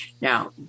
Now